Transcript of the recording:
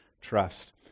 trust